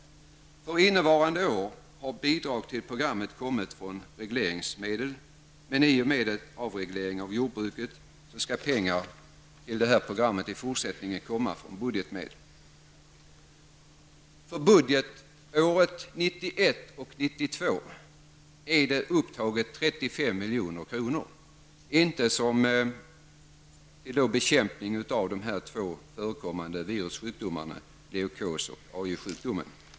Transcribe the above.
För innevarande år har bidrag till programmet kommit från regleringsmedel, men i och med avregleringen av jordbruket skall pengar till programmet i fortsättningen komma från budgetmedel. För budgetåret 1991/92 är upptaget 35 milj.kr. för bekämpning av de två förekommande virussjukdomarna leukos och Aujezky sjukdom.